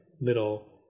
little